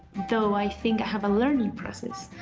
though i think i have a learning process.